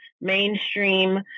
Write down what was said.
mainstream